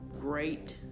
great